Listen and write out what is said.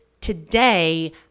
today